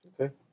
okay